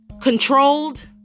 controlled